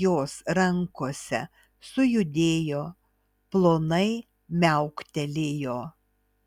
jos rankose sujudėjo plonai miauktelėjo